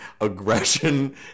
aggression